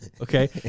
Okay